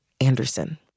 Anderson